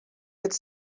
could